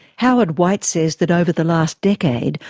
howard white says that over the last decade,